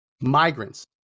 migrants